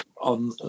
on